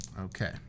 Okay